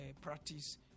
practice